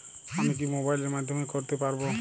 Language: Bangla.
আমি কি মোবাইলের মাধ্যমে করতে পারব?